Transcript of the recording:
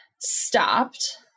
stopped